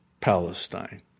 Palestine